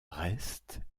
reste